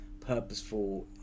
purposeful